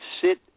sit